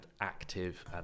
active